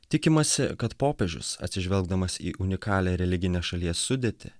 tikimasi kad popiežius atsižvelgdamas į unikalią religinę šalies sudėtį